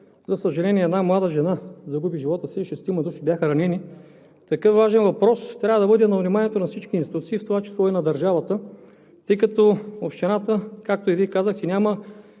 за съжаление, една млада жена загуби живота си и шестима души бяха ранени. Такъв важен въпрос трябва да бъде на вниманието на всички институции, в това число и на държавата, тъй като общината, както и Вие казахте, няма